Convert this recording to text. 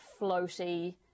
floaty